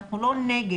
אני לא נגד.